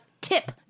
tip